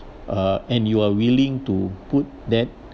uh and you are willing to put that